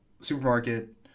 supermarket